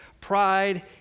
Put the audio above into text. pride